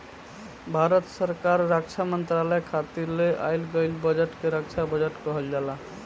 भारत सरकार रक्षा मंत्रालय खातिर ले आइल गईल बजट के रक्षा बजट कहल जाला